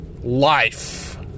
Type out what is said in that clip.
life